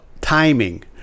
timing